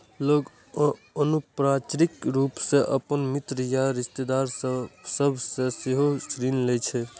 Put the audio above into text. लोग अनौपचारिक रूप सं अपन मित्र या रिश्तेदार सभ सं सेहो ऋण लै छै